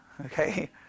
Okay